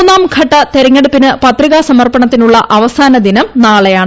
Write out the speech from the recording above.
മൂന്നാംഘട്ട തെരഞ്ഞെടുപ്പിന് പത്രികാസമർപ്പണ ത്തിനുള്ള അവസാന ദിനം നാളെയാണ്